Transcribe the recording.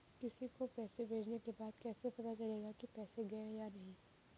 किसी को पैसे भेजने के बाद कैसे पता चलेगा कि पैसे गए या नहीं?